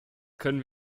können